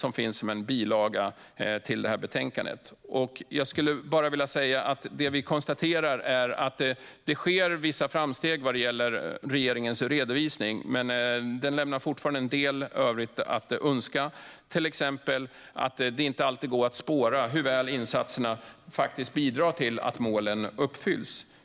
Vi konstaterar i rapporten att det sker vissa framsteg vad gäller regeringens redovisning men att den fortfarande lämnar en del övrigt att önska, till exempel att det inte alltid går att spåra hur väl insatserna bidrar till att målen uppfylls.